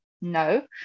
no